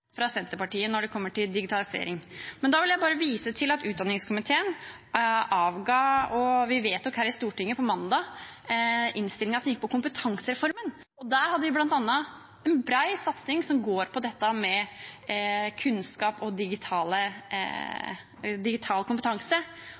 fra Senterpartiet utover kobbernettet når det gjelder digitalisering. Da vil jeg bare vise til at utdanningskomiteen avga, og vi vedtok her i Stortinget på mandag, innstillingen som gikk på kompetansereformen. Der hadde vi bl.a. en bred satsing på kunnskap og